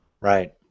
Right